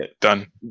done